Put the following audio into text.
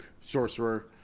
Sorcerer